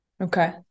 Okay